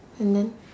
and then